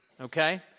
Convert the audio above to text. Okay